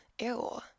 Ew